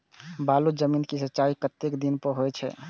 बालू जमीन क सीचाई कतेक दिन पर हो छे?